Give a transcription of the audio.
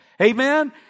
Amen